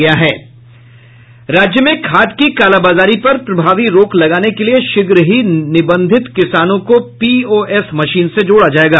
राज्य में खाद की कालाबाजारी पर प्रभावी रोक लगाने के लिए शीघ्र ही निबंधित किसानों को पीओएस मशीन से जोड़ा जायेगा